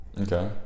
okay